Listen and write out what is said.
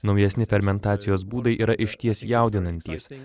naujesni fermentacijos būdai yra išties jaudinantys